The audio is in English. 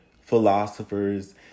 philosophers